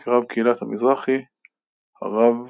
הוא שירת בצה"ל כלוחם בחטיבת הנח"ל